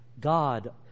God